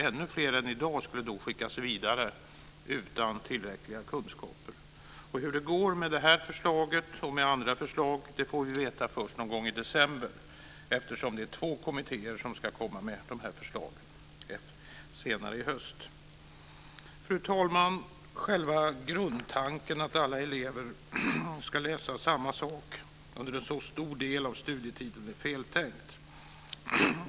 Ännu fler än i dag skulle då skickas vidare utan tillräckliga kunskaper. Hur det går med detta förslag och med andra förslag får vi veta först någon gång i december, eftersom två kommittéer ska komma med de här förslagen senare i höst. Fru talman! Själva grundtanken att alla elever ska läsa samma sak under en så stor del av studietiden är feltänkt.